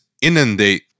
inundate